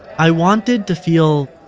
i wanted to feel,